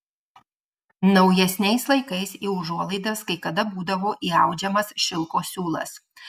naujesniais laikais į užuolaidas kai kada būdavo įaudžiamas šilko siūlas